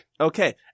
Okay